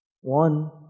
one